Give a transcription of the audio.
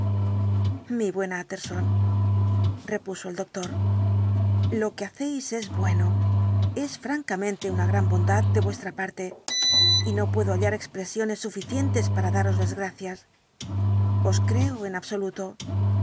mi buen utterson repuso el doctor lo que hacéis es bueno es francamente una gran bondad de vuestra parte y no puedo hallar expresiones suficientes para daros las gracias os creo en absoluto